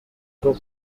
bwo